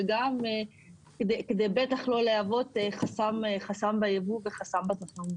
וגם כדי בטח לא להוות חסם ביבוא וחסם בשימוש.